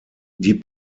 die